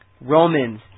Romans